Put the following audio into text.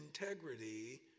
integrity